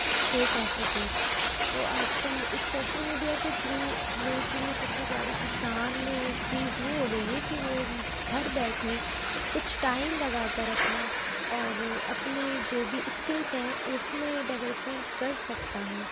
پے کر سکے تو آج کل اس سوشل میڈیا کے تھرو لوگوں کے لیے سب سے زیادہ آسان چیز یہ ہو گئی ہے کہ وہ گھر بیٹھے کچھ ٹائم لگا کر اپنا اور اپنے جو بھی اسکلس ہیں اس میں ڈیولپمنٹ کر سکتا ہے